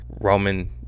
Roman